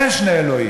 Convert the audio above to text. אין שני אלוהים.